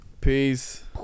peace